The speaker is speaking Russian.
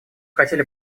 хотели